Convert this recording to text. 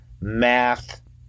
math